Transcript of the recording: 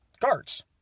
guards